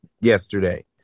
yesterday